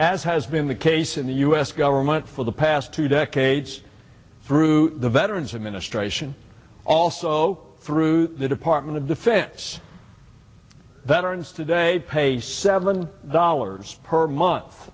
as has been the case in the u s government for the past two decades through the veterans administration also through the department of defense that earns today pay seven dollars per month